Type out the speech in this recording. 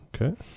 Okay